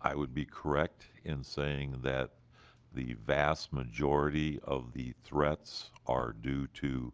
i would be correct in saying that the vast majority of the threats are due to